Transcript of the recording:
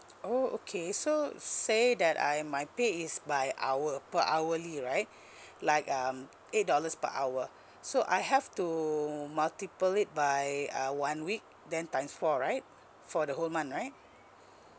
oh okay so say that I my pay is by hour per hourly right like um eight dollars per hour so I have to multiple it by uh one week then times four right for the whole month right